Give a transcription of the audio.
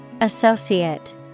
Associate